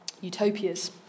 utopias